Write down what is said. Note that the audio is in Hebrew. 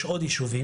יש עוד יישובים,